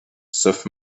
sauf